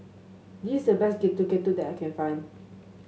this is the best Getuk Getuk that I can find